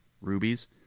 rubies